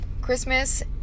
Christmas